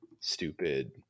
stupid